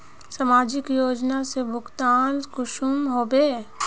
समाजिक योजना से भुगतान कुंसम होबे?